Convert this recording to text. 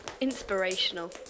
Inspirational